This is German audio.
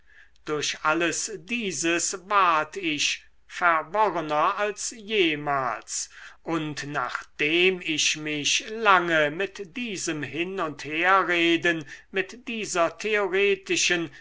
durch alles dieses ward ich verworrener als jemals und nachdem ich mich lange mit diesem hin und herreden mit dieser theoretischen